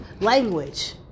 language